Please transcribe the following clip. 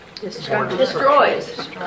destroys